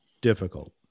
difficult